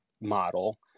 model